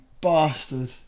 bastard